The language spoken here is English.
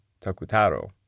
Takutaro